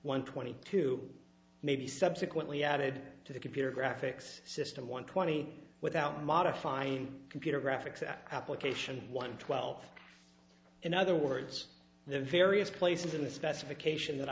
one twenty two may be subsequently added to the computer graphics system one twenty without modifying computer graphics application one twelfth in other words the various places in the specification that